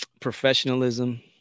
Professionalism